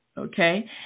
Okay